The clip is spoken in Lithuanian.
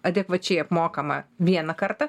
adekvačiai apmokama vieną kartą